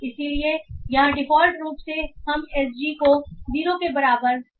इसलिए यहां डिफ़ॉल्ट रूप से हम एसजी को 0 के बराबर रख रहे हैं